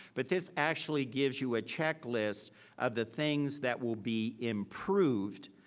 but this actually gives you a checklist of the things that will be improved,